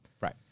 Right